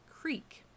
Creek